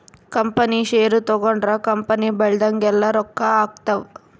company ಷೇರು ತಗೊಂಡ್ರ company ಬೆಳ್ದಂಗೆಲ್ಲ ರೊಕ್ಕ ಆಗ್ತವ್